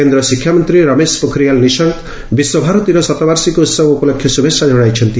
କେନ୍ଦ୍ର ଶିକ୍ଷାମନ୍ତ୍ରୀ ରମେଶ ପୋଖରିଆଲ୍ ନିଶଙ୍କ ବିଶ୍ୱ ଭାରତୀର ଶତବାର୍ଷିକୀ ଉତ୍ସବ ଉପଲକ୍ଷେ ଶୁଭେଚ୍ଛା ଜଣାଇଛନ୍ତି